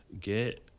get